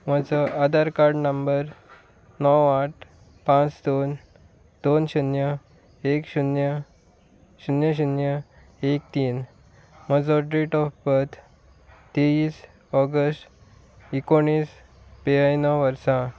म्हजो Aadhaar card number णव आठ पांच दोन दोन शुन्य एक शुन्य शुन्य शुन्य एक तीन म्हजो डेट ऑफ बर्थ तेईस ऑगस्ट एकोणीस ब्याणव वर्सां